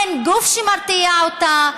אין גוף שמרתיע אותה,